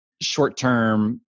short-term